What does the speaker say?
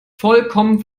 vollkommen